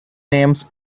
names